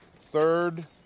third